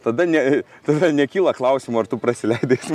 tada ne tada nekyla klausimų ar tu prasileidai